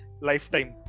lifetime